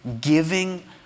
giving